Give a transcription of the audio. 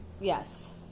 yes